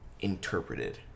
interpreted